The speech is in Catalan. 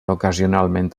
ocasionalment